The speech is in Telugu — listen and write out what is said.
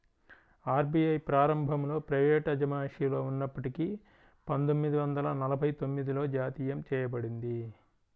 ఆర్.బీ.ఐ ప్రారంభంలో ప్రైవేటు అజమాయిషిలో ఉన్నప్పటికీ పందొమ్మిది వందల నలభై తొమ్మిదిలో జాతీయం చేయబడింది